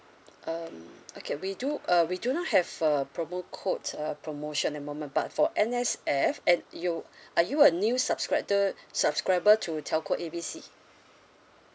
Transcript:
um okay we do uh we do not have a promo code uh promotion at the moment but for N_S_F and you are you a new subscriber subscriber to telco A B C